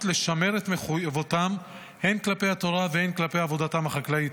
לשמר את מחויבותם הן כלפי התורה והן כלפי עבודתם החקלאית.